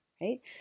right